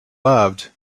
loved